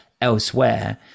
elsewhere